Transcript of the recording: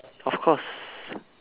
of course